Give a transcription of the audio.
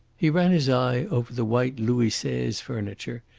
he ran his eye over the white louis seize furniture,